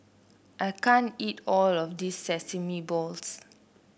I can't eat all of this Sesame Balls